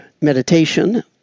meditation